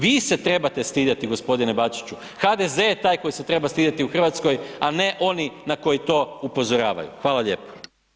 Vi se trebate stidjeti g. Bačiću, HDZ je taj koji se treba stidjeti u Hrvatskoj a ne oni na koji to upozoravaju, hvala lijepo.